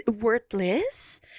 Worthless